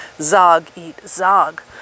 zog-eat-zog